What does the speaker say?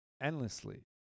Endlessly